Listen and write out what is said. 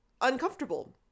uncomfortable